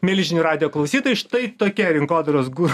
mieli žinių radijo klausytojai štai tokia rinkodaros guru